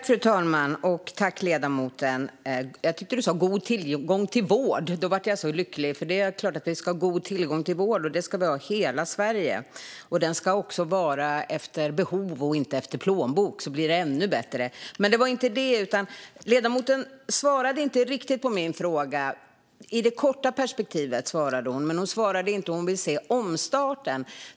Fru talman! Jag tyckte att ledamoten sa "god tillgång till vård". Då blev jag lycklig, för det är klart att vi ska ha god tillgång till vård. Det ska vi ha i hela Sverige. Den ska också vara efter behov och inte efter plånbok, så blir det ännu bättre. Ledamoten svarade inte riktigt på min fråga. I det korta perspektivet svarade hon, men hon svarade inte på hur hon vill se omstarten.